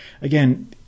again